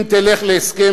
אם תלך להסכם,